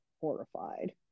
horrified